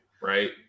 right